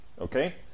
okay